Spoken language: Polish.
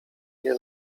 nie